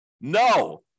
No